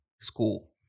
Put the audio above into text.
school